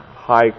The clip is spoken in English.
high